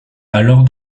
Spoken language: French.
alors